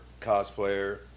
cosplayer